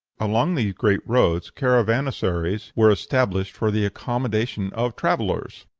along these great roads caravansaries were established for the accommodation of travellers.